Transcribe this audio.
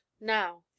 now